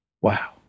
Wow